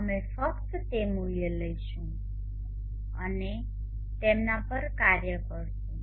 અમે ફક્ત તે મૂલ્યો લઈશું અને તેમના પર કાર્ય કરીશું